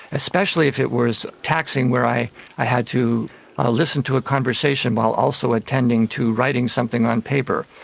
especially if it was taxing, where i i had to listen to a conversation while also attending to writing something on paper,